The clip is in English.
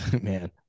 man